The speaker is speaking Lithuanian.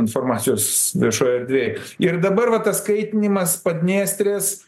informacijos viešoj erdvėj ir dabar va tas kaitinimas padniestrės